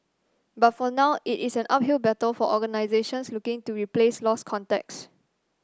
but for now it is an uphill battle for organisations looking to replace lost contracts